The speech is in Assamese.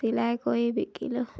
চিলাই কৰি বিকিলোঁ